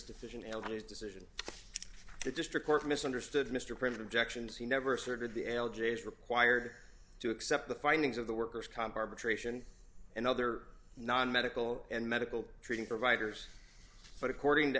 decision elder's decision the district court misunderstood mr prince objections he never asserted the l j is required to accept the findings of the worker's comp arbitration and other non medical and medical training providers but according to